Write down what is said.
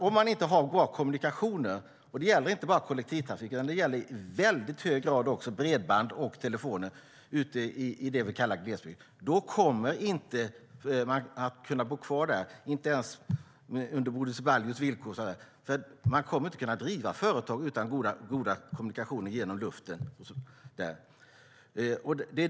Om man inte har bra kommunikationer i det vi kallar glesbygd, inte bara i form av kollektivtrafik utan också i hög grad i form av bredband och telefoni, kommer man inte att kunna bo kvar där ens under Bodil Ceballos villkor. Man kommer inte att kunna driva företag utan goda kommunikationer genom luften.